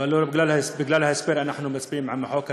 ולא בגלל ההסבר אנחנו מצביעים עם החוק הזה,